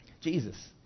Jesus